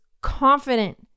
confident